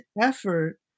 effort